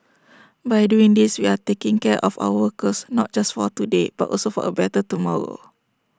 by doing these we are taking care of our workers not just for today but also for A better tomorrow